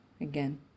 again